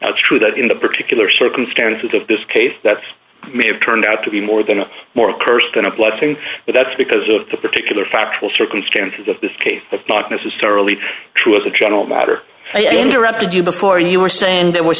it's true that in the particular circumstances of this case that's may have turned out to be more than a moral person a blessing but that's because of the particular factual circumstances of this case if not necessarily true as a general matter under out to you before you were saying there w